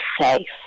safe